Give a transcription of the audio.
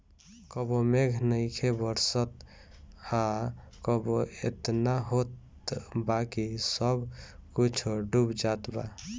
कबो मेघ नइखे बरसत आ कबो एतना होत बा कि सब कुछो डूब जात बा